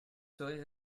serait